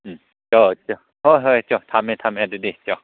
ꯎꯝ ꯆꯣ ꯆꯣ ꯍꯣꯏ ꯍꯣꯏ ꯆꯣ ꯊꯝꯃꯦ ꯊꯝꯃꯦ ꯑꯗꯨꯗꯤ ꯆꯣ